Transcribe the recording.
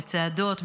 בצעדות,